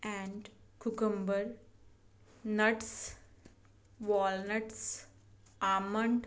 and cucumber nuts walnuts almond